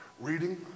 reading